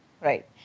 right